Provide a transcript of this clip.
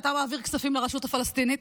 שאתה מעביר כספים לרשות הפלסטינית,